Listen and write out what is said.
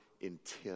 intent